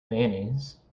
mayonnaise